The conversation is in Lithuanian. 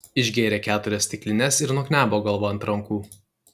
išgėrė keturias stiklines ir nuknebo galva ant rankų